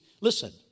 Listen